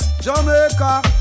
Jamaica